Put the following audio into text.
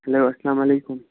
hello اسلام علیکُم